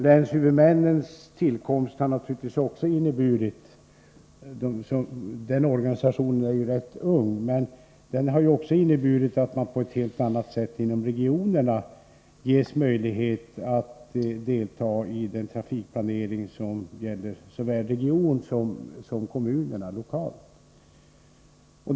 Länshuvudmännens tillkomst har naturligtvis också inneburit — denna organisation är ju rätt ung — att man på ett helt annat sätt inom regionerna ges möjlighet att delta i den trafikplanering som gäller såväl regionen som kommunerna lokalt.